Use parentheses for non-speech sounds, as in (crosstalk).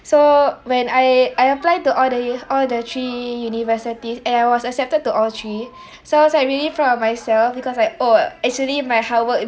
so when I I apply to all the (noise) all the three universities and I was accepted to all three so I was like really proud of myself because like oh actually my hard work